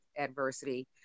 adversity